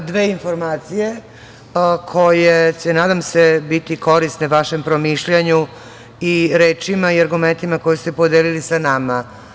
Dve informacije koje će nadam se biti korisne vašem promišljanju i rečima i argumentima koje ste podelili sa nama.